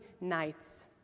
nights